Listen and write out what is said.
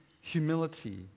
humility